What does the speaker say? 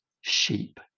sheep